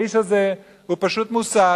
האיש הזה הוא פשוט מוסת.